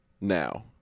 now